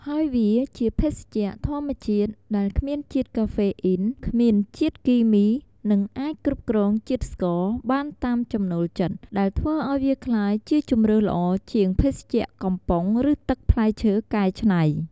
ហើយវាជាភេសជ្ជៈធម្មជាតិដែលគ្មានជាតិកាហ្វេអ៊ីន គ្មានជាតិគីមី និងអាចគ្រប់គ្រងជាតិស្ករបានតាមចំណូលចិត្ត ដែលធ្វើឲ្យវាក្លាយជាជម្រើសល្អជាងភេសជ្ជៈកំប៉ុង ឬទឹកផ្លែឈើកែច្នៃ។